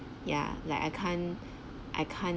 ya like I can't I can't